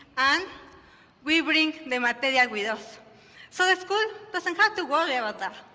and we bring the material with us so the school doesn't have to worry about that.